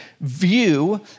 view